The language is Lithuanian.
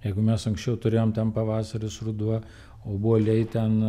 jeigu mes anksčiau turėjom ten pavasaris ruduo obuoliai ten